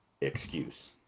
excuse